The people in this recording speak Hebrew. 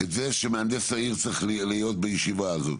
את זה שמהנדס העיר צריך להיות בישיבה הזאת.